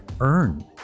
earn